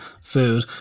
food